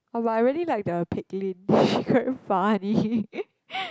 but I really like the Pek Lim she very funny